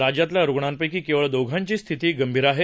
राज्यातल्या रुग्णांपैकी केवळ दोघांची स्थिती गंभीर आहे